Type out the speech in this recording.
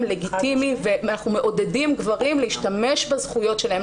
לגיטימי ואנחנו מעודדים גברים להשתמש בזכויות שלהם.